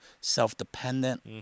self-dependent